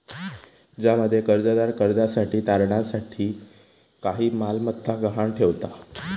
ज्यामध्ये कर्जदार कर्जासाठी तारणा साठी काही मालमत्ता गहाण ठेवता